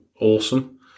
awesome